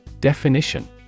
Definition